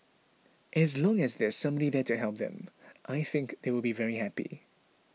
as long as there's somebody there to help them I think they will be very happy